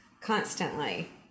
constantly